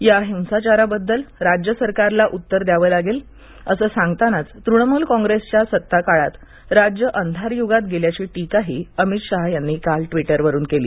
या हिंसाचाराबद्दल राज्य सरकारला उत्तर द्यावं लागद्वी असं सांगतानाच तृणमूल कॉप्रस्तिया सत्ताकाळात राज्य अंधारयुगात गस्खाची टीकाही अमित शहा यांनी काल ट्वीटरवरून कली